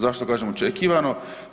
Zašto kažem očekivano?